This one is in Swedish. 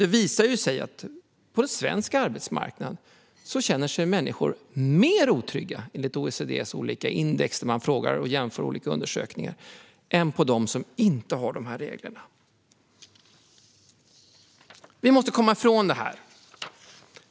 Det visar sig att människor på svensk arbetsmarknad känner sig mer otrygga, enligt OECD:s olika index där man jämför olika undersökningar, än människor på arbetsmarknader där dessa regler inte finns. Vi måste komma ifrån detta.